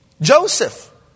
Joseph